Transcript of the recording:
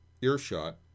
earshot